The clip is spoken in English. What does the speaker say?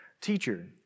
Teacher